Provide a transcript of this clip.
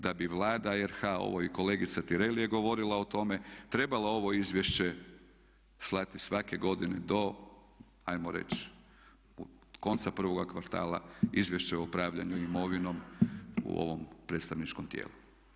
Da bi Vlada RH, i kolegica Tireli je govorila o tome, trebala ovo izvješće slati svake godine do ajmo reći konca prvoga kvartala izvješća o upravljanju imovinom u ovom predstavničkom tijelu.